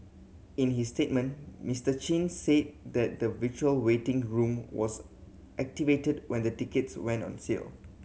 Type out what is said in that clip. in his statement Mister Chin said that the virtual waiting room was activated when the tickets went on sale